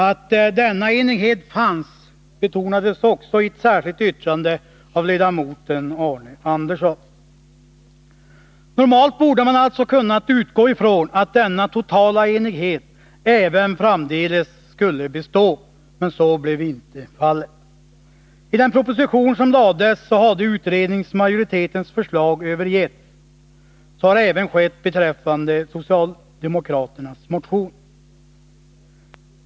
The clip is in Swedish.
Att denna enighet fanns betonades också i ett särskilt yttrande av ledamoten Arne Andersson. Normalt borde man alltså kunnat utgå ifrån att denna totala enighet även framdeles skulle bestå, men så blev inte fallet. I den proposition som lades hade utredningsmajoritetens förslag övergetts. Så har även skett beträffande socialdemokraternas motion.